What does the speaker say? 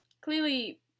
Clearly